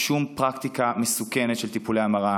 לשום פרקטיקה מסוכנת של טיפולי המרה.